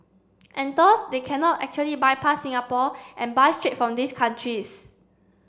and thus they cannot actually bypass Singapore and buy straight from these countries